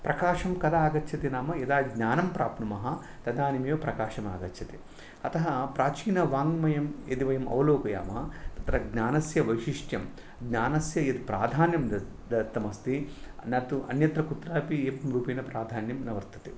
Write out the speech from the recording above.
प्रकाशं कदा आगच्छति नाम यदा ज्ञानं प्राप्नुमः तदानीम् एव प्रकाशम् आगच्छति अतः प्राचीनवाङ्गमयं यदि वयम् अवलोकयामः तत्र ज्ञानस्य वैशिष्ट्यं ज्ञानस्य यत् प्राधान्यं दत्तम् अस्ति न तु अन्यत्र कुत्रापि तत् रूपेण प्राधान्यं न वर्तते